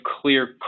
clear